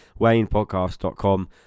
WaynePodcast.com